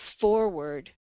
forward